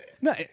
No